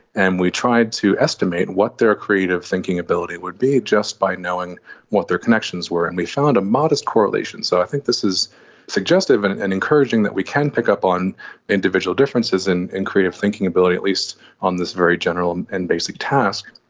and we tried to estimate what their creative thinking ability would be, just by knowing what their connections were. and we found a modest correlation. so i think this is suggestive and and encouraging that we can pick up on individual differences in in creative thinking ability, at least on this very general and basic task,